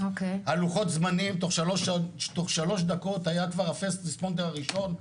הלוחות זמנים תוך שלוש דקות היה כבר ה'פרסט רספונדר' הראשון,